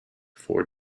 four